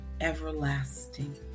everlasting